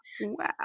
Wow